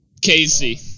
Casey